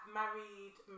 married